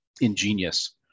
ingenious